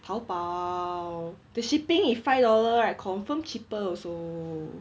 taobao the shipping if five dollar right confirm cheaper also